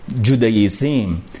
Judaism